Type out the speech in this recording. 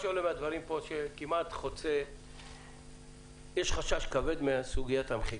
מהדברים פה שיש חשש כבד מסוגיית המחיקה.